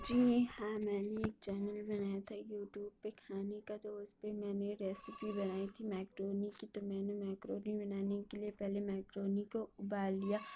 جی ہاں میں نے ایک چینل بنایا تھا یوٹیوب پہ کھانے کا تو اس پہ میں نے ریسیپی بنائی تھی میکرونی کی تو میں نے میکرونی بنانے کے لیے پہلے میکرونی کو ابال لیا